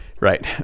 right